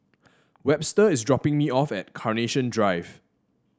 Webster is dropping me off at Carnation Drive